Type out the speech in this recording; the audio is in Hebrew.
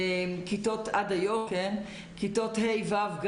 כיתות ה'-ו'.